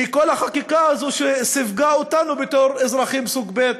היא כל החקיקה הזו שסיווגה אותנו בתור אזרחים סוג ב'